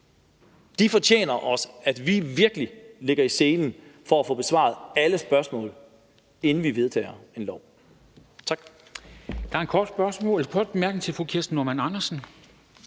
de fortjener også, at vi virkelig lægger os i selen for at få besvaret alle spørgsmål, inden vi vedtager et lovforslag.